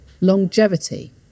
longevity